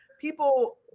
people